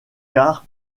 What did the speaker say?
car